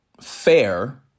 fair